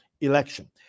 election